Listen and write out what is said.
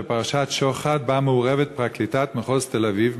פרשת שוחד שבה מעורבת פרקליטת מחוז תל-אביב,